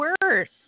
worse